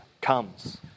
comes